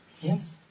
Yes